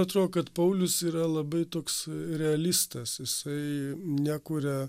atrodo kad paulius yra labai toks realistas jisai nekuria